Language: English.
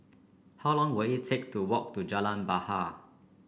how long will it take to walk to Jalan Bahar